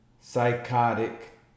psychotic